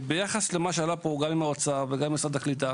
ביחס למה שעלה פה גם עם משרד האוצר וגם עם משרד הקליטה